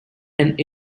and